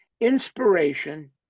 inspiration